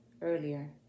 earlier